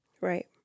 Right